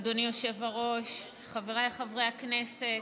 אדוני היושב-ראש, חבריי חברי הכנסת,